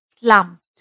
slumped